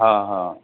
हा हा